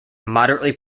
moderately